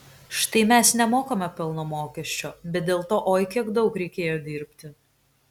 štai mes nemokame pelno mokesčio bet dėl to oi kiek daug reikėjo dirbti